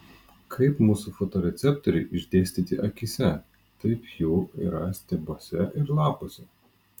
kaip mūsų fotoreceptoriai išdėstyti akyse taip jų yra stiebuose ir lapuose